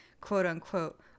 quote-unquote